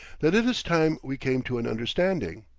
that it is time we came to an understanding.